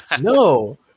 No